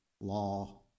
law